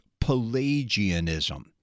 Pelagianism